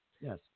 Yes